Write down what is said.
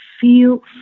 feel